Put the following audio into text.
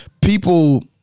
people